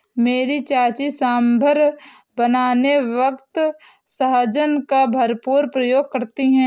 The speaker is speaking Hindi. मेरी चाची सांभर बनाने वक्त सहजन का भरपूर प्रयोग करती है